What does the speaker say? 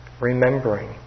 remembering